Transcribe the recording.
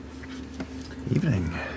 Evening